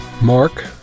Mark